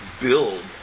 build